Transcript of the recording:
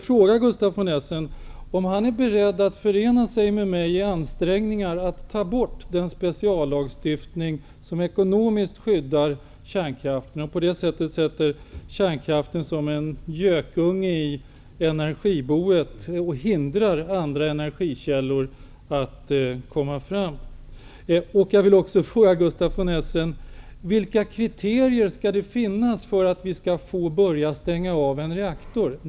Är Gustaf von Essen beredd att förena sig med mig i ansträngningen att få bort den speciallagstiftning som ekonomiskt skyddar kärnkraften och därmed placerar den som en gökunge i energiboet och hindrar andra energikällor från att komma fram? Vilka kriterier skall vara uppfyllda för att vi skall kunna stänga av en reaktor?